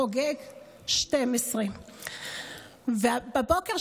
חוגג 12. בבוקר,